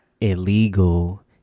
illegal